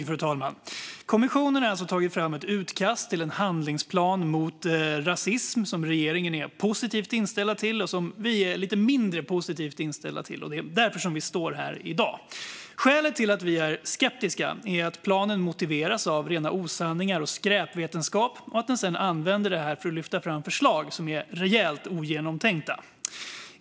Fru talman! Kommissionen har alltså tagit fram ett utkast till en handlingsplan mot rasism som regeringen är positivt inställd till och som vi är lite mindre positivt inställda till, och det är därför som vi står här i dag. Skälet till att vi är skeptiska är att planen motiveras av rena osanningar och skräpvetenskap som sedan används för att lyfta fram förslag som är rejält ogenomtänkta.